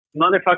Motherfucker